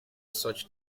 such